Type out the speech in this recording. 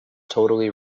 totally